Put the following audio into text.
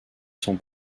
son